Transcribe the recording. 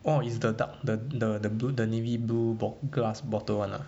oh is the dark the the the the blue the navy blue bottle glass bottle [one] ah